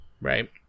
Right